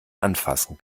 anfassen